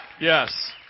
Yes